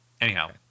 anyhow